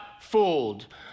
fooled